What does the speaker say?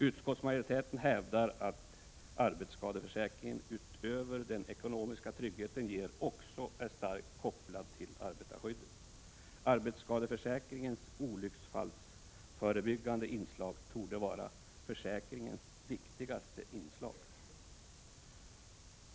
Utskottsmajoriteten hävdar att arbetsskadeförsäkringen utöver den ekonomiska trygghet den ger också är starkt kopplad till arbetarskyddet. Arbetsskadeförsäkringens olycksfallsförebyggande inslag torde vara försäkringens viktigaste inslag.